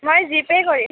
মই G pay কৰিম